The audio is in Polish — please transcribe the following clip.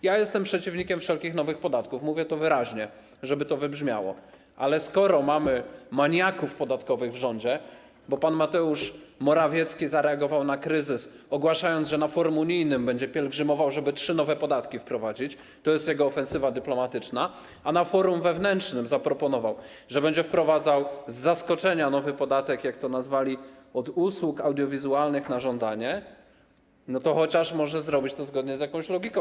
Jestem przeciwnikiem wszelkich nowych podatków, mówię to wyraźnie, żeby to wybrzmiało, ale skoro mamy maniaków podatkowych w rządzie, bo pan Mateusz Morawiecki zareagował na kryzys, ogłaszając, że na forum unijnym będzie pielgrzymował, żeby wprowadzić trzy nowe podatki, to jest jego ofensywa dyplomatyczna, a na forum wewnętrznym zaproponował, że będzie wprowadzał z zaskoczenia nowy podatek, jak to nazwali, od usług audiowizualnych na żądanie, to może chociaż zrobić to zgodnie z jakąś logiką?